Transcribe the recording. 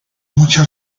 mucha